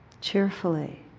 Cheerfully